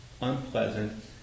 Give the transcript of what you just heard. unpleasant